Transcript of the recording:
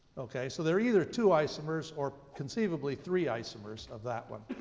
okay? so there are either two isomers, or conceivably three isomers, of that one.